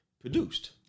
produced